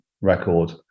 record